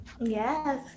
Yes